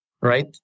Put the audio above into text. right